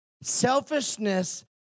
selfishness